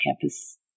campus